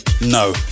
no